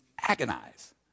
agonize